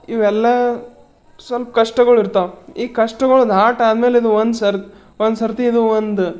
ಇವೆಲ್ಲ ಸ್ವಲ್ಪ ಕಷ್ಟಗಳಿರ್ತಾವ ಈ ಕಷ್ಟಗಳು ದಾಟಾದಮೇಲೆ ಇದು ಒಂದ್ಸರಿ ಒಂದ್ಸರ್ತಿ ಇದು ಒಂದು